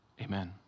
Amen